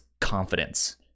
confidence